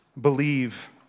believe